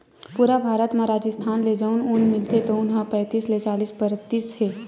पूरा भारत म राजिस्थान ले जउन ऊन मिलथे तउन ह पैतीस ले चालीस परतिसत हे